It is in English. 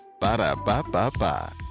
Ba-da-ba-ba-ba